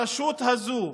הרשות הזו,